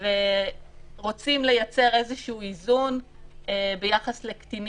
ורוצים לייצר איזשהו איזון ביחס לקטינים,